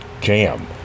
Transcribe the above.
jam